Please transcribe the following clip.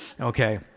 Okay